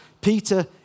Peter